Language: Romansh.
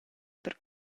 per